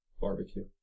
Barbecue